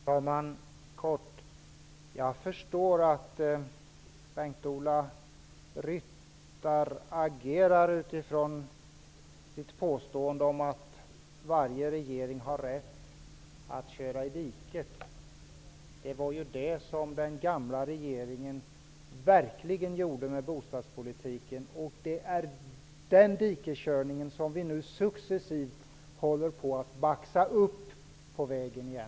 Herr talman! Jag förstår att Bengt-Ola Ryttar agerar utifrån sitt påstående att varje regering har rätt att köra i diket. Det var det som den gamla regeringen verkligen gjorde med bostadspolitiken. Det är den dikeskörda bostadspolitiken som vi successivt håller på att baxa upp på vägen igen.